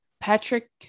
Patrick